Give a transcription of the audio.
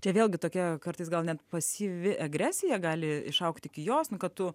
čia vėlgi tokia kartais gal net pasyvi agresija gali išaugt iki jos nu kad tu